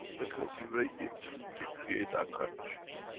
because you radiate, you create that condition.